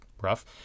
rough